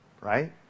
Right